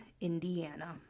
Indiana